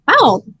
Wow